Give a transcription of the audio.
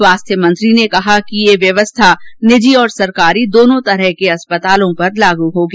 स्वास्थ्य मंत्री ने कहा कि यह व्यवस्था निजी और सरकारी दोनों अस्पतालों पर लागू होगी